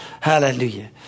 Hallelujah